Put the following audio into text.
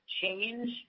change